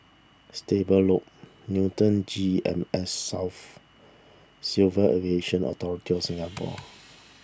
Stable Loop Newton G Em S South Civil Aviation Authority of Singapore